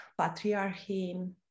patriarchy